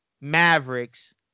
Mavericks